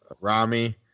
rami